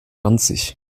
ranzig